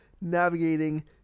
navigating